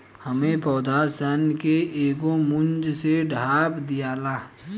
एमे पौधा सन के एगो मूंज से ढाप दियाला